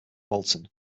bolton